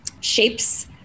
shapes